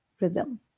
rhythm